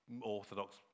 orthodox